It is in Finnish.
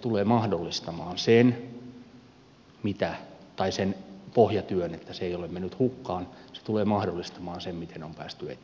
tulee mahdollistamaan sen pohjatyön että se ei ole mennyt hukkaan se tulee mahdollistamaan sen miten on päästy eteenpäin